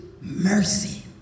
mercy